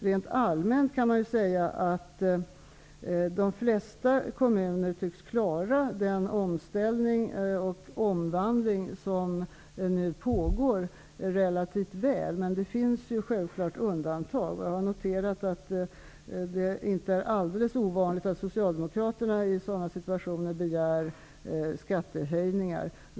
Rent allmänt kan jag säga att de flesta kommuner tycks relativt väl klara den omställning och omvandling som nu pågår. Men det finns självklart undantag. Jag har noterat att det inte är alldeles ovanligt att socialdemokraterna i sådana situationer begär skattehöjningar.